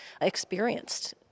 experienced